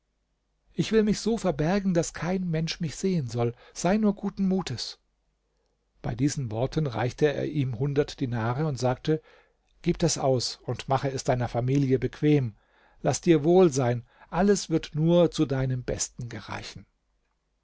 ich will mich so verbergen daß kein mensch mich sehen soll sei nur guten mutes bei diesen worten reichte er ihm hundert dinare und sagte gib das aus und mache es deiner familie bequem laß dir wohl sein alles wird nur zu deinem besten gereichen